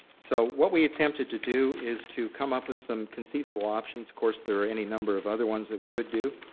so what we attempted to do is to come up with some conceivable options of course there are any number of other ones that we could do.